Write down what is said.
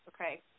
Okay